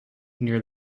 near